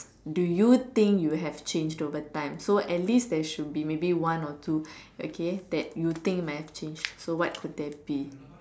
do you think you have changed over time so at least there should be maybe one or two okay that you think might have changed so what could that be